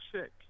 sick